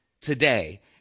today